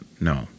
no